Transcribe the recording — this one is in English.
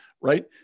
right